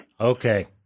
Okay